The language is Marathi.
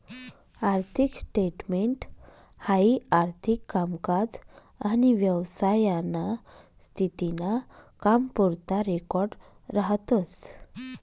आर्थिक स्टेटमेंट हाई आर्थिक कामकाज आनी व्यवसायाना स्थिती ना कामपुरता रेकॉर्ड राहतस